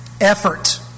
effort